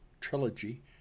Trilogy